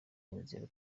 inzira